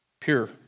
pure